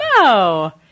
No